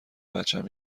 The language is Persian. بچم